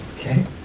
Okay